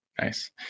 nice